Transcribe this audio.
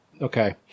Okay